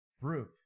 fruit